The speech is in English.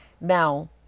now